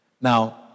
Now